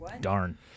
Darn